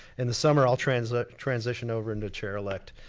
in the summer i'll transition transition over into chair-elect,